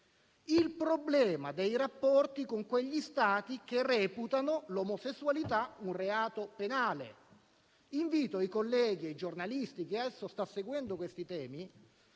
il problema dei rapporti con quegli Stati che reputano l'omosessualità un reato penale. Invito i colleghi e i giornalisti che adesso stanno seguendo questi temi